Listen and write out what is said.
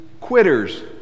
Quitters